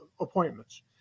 appointments